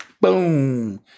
Boom